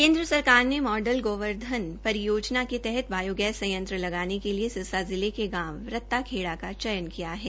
केन्द्र सरकार ने मॉडल गोवर्धन परियोजना के तहत बायोगैस संयंत्र लगाने के लिए सिरसा के साथ लगते रत्ताखेड़ा का चयन किया है